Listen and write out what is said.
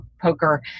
poker